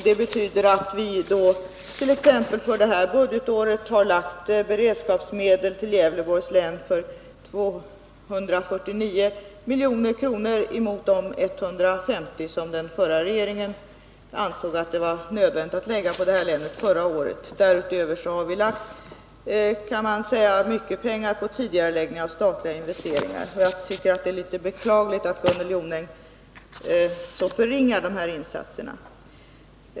Det betyder att vi t.ex. för det här budgetåret har anvisat beredskapsmedel till Gävleborgs län på 249 miljoner i stället för de 150 miljoner som den tidigare sysselsättningen regeringen ansåg att det var nödvändigt att anvisa till det här länet förra året. för anställda vid Därutöver har vi, kan man säga, lagt mycket pengar på tidigareläggning av sulfatfabriken i statliga investeringar. Jag tycker det är beklagligt att Gunnel Jonäng förringar de här insatserna.